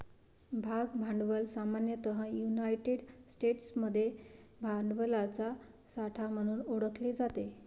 भाग भांडवल सामान्यतः युनायटेड स्टेट्समध्ये भांडवलाचा साठा म्हणून ओळखले जाते